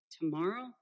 tomorrow